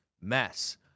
mess